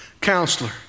Counselor